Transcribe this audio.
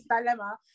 dilemma